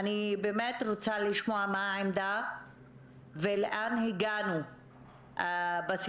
אני באמת רוצה לשמוע מה העמדה ולמה הגענו בסיכומים.